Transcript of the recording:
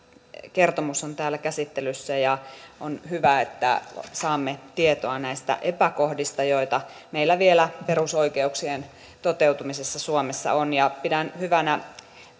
kertomus on täällä käsittelyssä ja on hyvä että saamme tietoa näistä epäkohdista joita meillä vielä perusoikeuksien toteutumisessa suomessa on ja pidän hyvänä kun